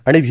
आणि व्ही